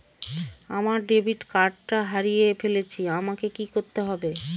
আমার ডেবিট কার্ডটা হারিয়ে ফেলেছি আমাকে কি করতে হবে?